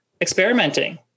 experimenting